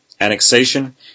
annexation